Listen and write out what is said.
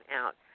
out